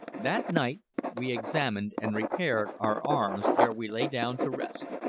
that night we examined and repaired our arms ere we lay down to rest,